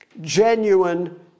Genuine